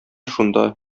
шунда